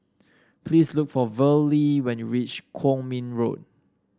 please look for Verlie when you reach Kwong Min Road